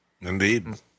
Indeed